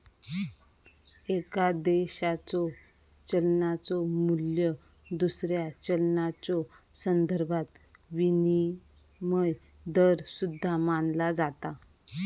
एका देशाच्यो चलनाचो मू्ल्य दुसऱ्या चलनाच्यो संदर्भात विनिमय दर सुद्धा मानला जाता